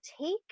take